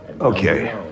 Okay